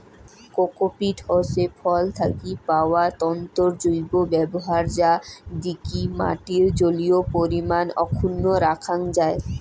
cocopeat হসে ফল থাকি পাওয়া তন্তুর জৈব ব্যবহার যা দিকি মাটির জলীয় পরিমান অক্ষুন্ন রাখাং যাই